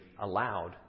allowed